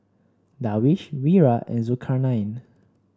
Darwish Wira and Zulkarnain